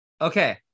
Okay